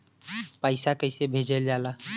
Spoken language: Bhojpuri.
पैसा कैसे भेजल जाला?